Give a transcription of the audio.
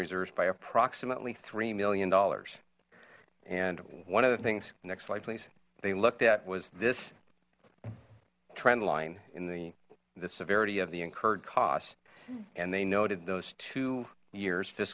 reserves by approximately three million dollars and one of the things next slide please they looked at was this trend line in the the severity of the incurred cost and they noted those two year's